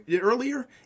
earlier